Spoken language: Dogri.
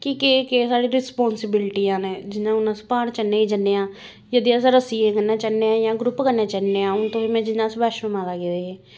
कि केह् केह् साढ़ी रिस्पांसिविलटियां न जियां हून अस प्हाड़ चढ़ने गी जन्ने आं जेह्ड़े अस रस्सियें कन्नै चढ़ने आं जां ग्रुप कन्नै चढ़ने आं हून जियां अस बैष्णो माता गेदे हे